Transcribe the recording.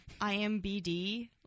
IMBD